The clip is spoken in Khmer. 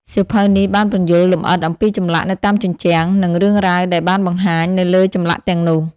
សៀវភៅនេះបានពន្យល់លម្អិតអំពីចម្លាក់នៅតាមជញ្ជាំង និងរឿងរ៉ាវដែលបានបង្ហាញនៅលើចម្លាក់ទាំងនោះ។